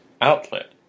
outlet